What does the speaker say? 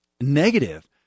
negative